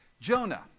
Jonah